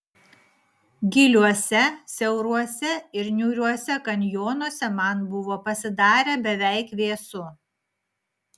giliuose siauruose ir niūriuose kanjonuose man buvo pasidarę beveik vėsu